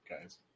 guys